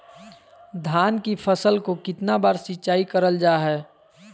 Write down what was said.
धान की फ़सल को कितना बार सिंचाई करल जा हाय?